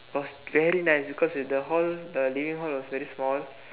was very nice because is the hall the living hall was very small